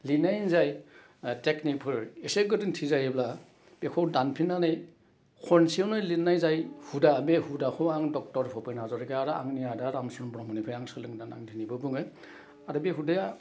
लिरनाय जाय टेक्निकफोर एसे गोरोन्थि जायोब्ला बेखौ दानफिन्नानै खनसेयावनो लिदनाय जाय हुदा बे हुदाखौ आं डक्टर भुपेन हाज'रिका आरो आंनि आदा रामसिं ब्रह्मनिफ्राय आं सोलोंदों आं दिनैबो बुङो आरो बे हुदाया